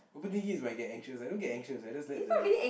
overthinking is when I get anxious I don't get anxious I just let the